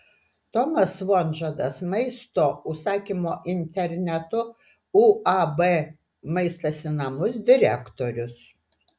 tomas vonžodas maisto užsakymo internetu uab maistas į namus direktorius